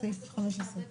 סעיף 15. נכון,